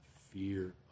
Fear